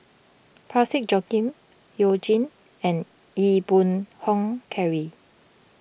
Parsick Joaquim You Jin and Ee Boon Kong Henry